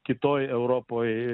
kitoj europoj